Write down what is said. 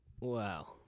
Wow